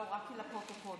לפרוטוקול